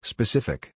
Specific